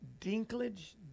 Dinklage